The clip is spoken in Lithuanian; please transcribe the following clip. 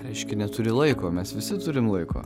ką reiškia neturi laiko mes visi turim laiko